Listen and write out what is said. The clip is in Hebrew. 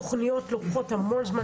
תוכניות לוקחות המון זמן,